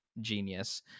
genius